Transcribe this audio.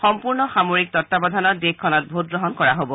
সম্পূৰ্ণ সামৰিক তত্বাৱধানত দেশখনত ভোটগ্ৰহণ কৰা হ'ব